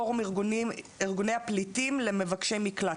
פורום ארגוני הפליטים למבקשי מקלט.